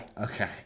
Okay